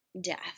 death